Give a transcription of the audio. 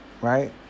Right